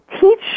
teach